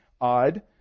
Odd